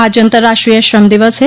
आज अंतर्राष्ट्रीय श्रम दिवस है